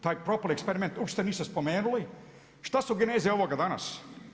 Taj propali eksperiment uopće niste spomenuli, šta se geneze ovoga danas?